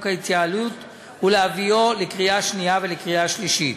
ההתייעלות ולהביאו לקריאה שנייה ולקריאה שלישית.